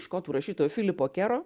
škotų rašytojo filipo kero